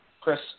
Chris